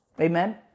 Amen